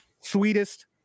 Sweetest